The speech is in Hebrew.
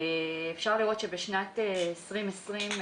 אפשר לראות שבשנת 2020,